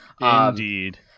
Indeed